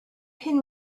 can